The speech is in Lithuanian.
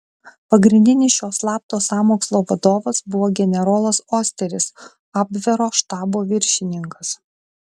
pagrindinis šio slapto sąmokslo vadovas buvo generolas osteris abvero štabo viršininkas